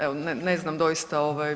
Evo ne znam doista.